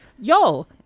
yo